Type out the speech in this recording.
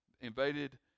Invaded